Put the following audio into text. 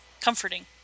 comforting